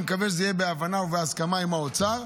אני מקווה שזה יהיה בהבנה ובהסכמה עם האוצר.